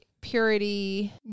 purity